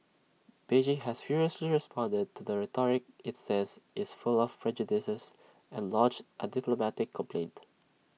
Beijing has furiously responded to the rhetoric IT says is full of prejudices and lodged A diplomatic complaint